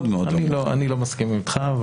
אני לא מסכים איתך.